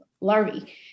larvae